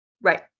Right